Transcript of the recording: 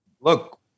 Look